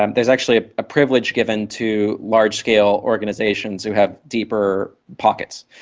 um there is actually a privilege given to large-scale organisations who have deeper pockets.